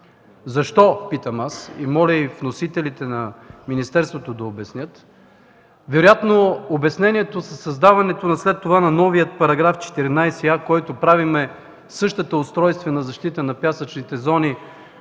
Защо, питам аз? И моля вносителите от министерството да обяснят. Вероятно обяснението е създаването след това на нов § 14а, в който правим същата устройствена защита на пясъчните зони.